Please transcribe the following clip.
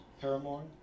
paramour